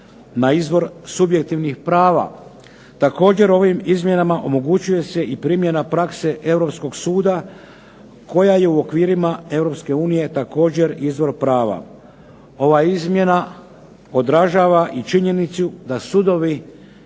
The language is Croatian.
na izvor subjektivnih prava. Također, ovim izmjenama omogućuje se i primjena prakse Europskog suda koja je u okvirima EU također izvor prava. Ova izmjena odražava i činjenicu da sudovi